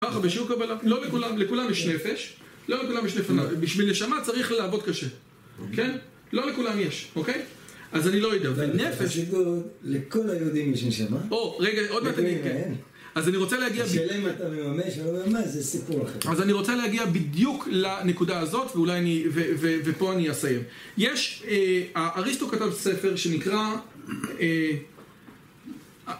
לכולם יש נפש, לא לכולם יש נשמה. בשביל נשמה צריך לעבוד קשה. כן? לא לכולם יש, אוקי? אז אני לא יודע. בחסידות לכל היהודים יש נשמה אז אני רוצה להגיע השאלה היא אתה מממש ולא ממומש זה סיפור אחר אז אני רוצה להגיע בדיוק לנקודה הזאת ופה אני אסיים. אריסטו כתב ספר שנקרא